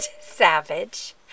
Savage